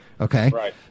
Okay